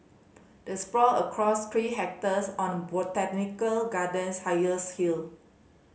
it sprawl across three hectares on the botanical garden's highest hill